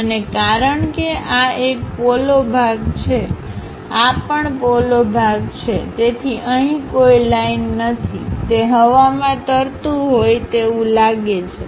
અને કારણ કે આ એક પોલો ભાગ છે આ પણ પોલો ભાગ છેતેથી અહી કોઈ લાઇન નથી તે હવામાં તરતુ હોય તેવું લાગે છે